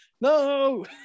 No